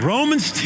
Romans